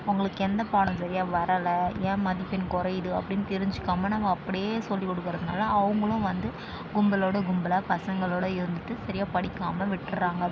அவர்களுக்கு எந்த பாடம் சரியாக வரலை ஏன் மதிப்பெண் குறையிது அப்படின்னு தெரிஞ்சிக்காமல் நாங்கள் அப்படியே சொல்லிக்கொடுக்கறதுனால அவர்களும் வந்து கும்பலோடு கும்பலாக பசங்களோடு இருந்துவிட்டு சரியாக படிக்காமல் விட்டுடுறாங்க